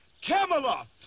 Camelot